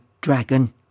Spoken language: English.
dragon